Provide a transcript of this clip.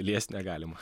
liesti negalima